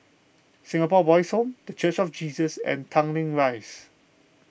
Singapore Boys' Home the Church of Jesus and Tanglin Rise